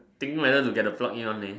thinking whether to get the plug in only